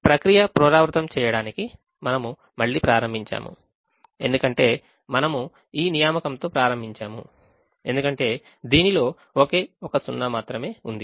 మనము ప్రక్రియను పునరావృతం చేయడానికి మళ్ళీ ఈ నియామకంతో ప్రారంభించాము ఎందుకంటే దీనిలో ఒకే ఒక సున్నా మాత్రమే ఉంది